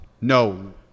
no